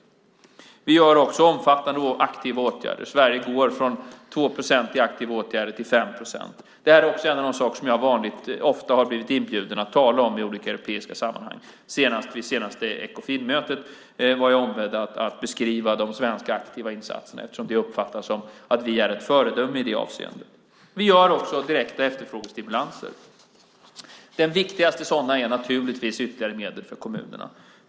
Det tredje är att vi vidtar omfattande aktiva åtgärder. Sverige går från 2 procent i aktiva åtgärder till 5 procent. Det är en av de saker som jag ofta blir inbjuden att tala om i olika europeiska sammanhang. Vid senaste Ekofinmötet var jag ombedd att beskriva de svenska aktiva insatserna eftersom vi uppfattas som ett föredöme i det avseendet. Det fjärde är att vi gör direkta efterfrågestimulanser. Den viktigaste är givetvis ytterligare medel för kommunerna.